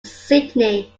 sydney